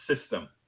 system